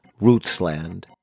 Rootsland